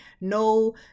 no